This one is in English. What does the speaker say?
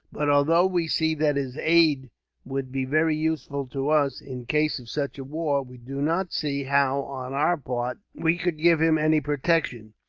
but, although we see that his aid would be very useful to us, in case of such a war we do not see how, on our part, we could give him any protection.